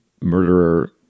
murderer